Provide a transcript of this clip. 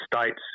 States